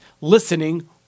listening